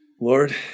Lord